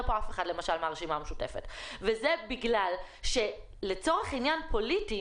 אף אחד מהרשימה המשותפת וזה בגלל שלצורך עניין פוליטי